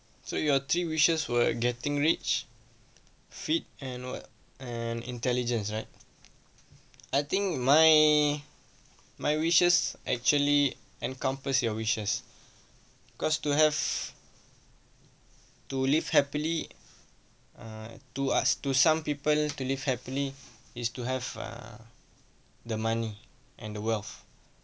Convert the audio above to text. so your three wishes were getting rich fit and what and intelligence right I think my my wishes actually encompass your wishes because to have to live happily err to us to some people to live happily is to have err the money and the wealth